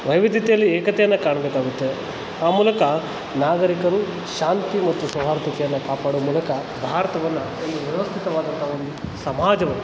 ವೈವಿಧ್ಯತೆಯಲ್ಲಿ ಏಕತೆಯನ್ನು ಕಾಣಬೇಕಾಗುತ್ತೆ ಆ ಮೂಲಕ ನಾಗರಿಕರು ಶಾಂತಿ ಮತ್ತು ಸೌಹಾರ್ಧತೆಯನ್ನ ಕಾಪಾಡುವ ಮೂಲಕ ಭಾರತವನ್ನು ಒಂದು ವ್ಯವಸ್ಥಿತವಾದಂಥ ಒಂದು ಸಮಾಜವು